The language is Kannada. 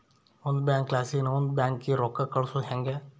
ಒಂದು ಬ್ಯಾಂಕ್ಲಾಸಿ ಇನವಂದ್ ಬ್ಯಾಂಕಿಗೆ ರೊಕ್ಕ ಕಳ್ಸೋದು ಯಂಗೆ